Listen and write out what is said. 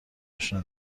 اشنا